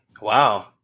Wow